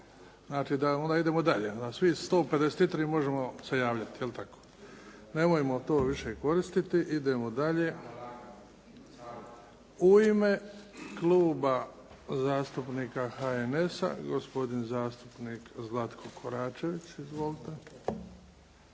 znači da onda idemo dalje, da svih 153 možemo se javljati. Jel' tako? Nemojmo to više koristiti. Idemo dalje. U ime Kluba zastupnika HNS-a gospodin zastupnik Zlatko Koračević. Izvolite.